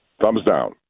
Thumbs-down